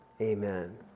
Amen